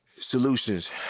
Solutions